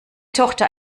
tochter